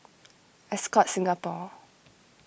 Ascott Singapore